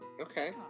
Okay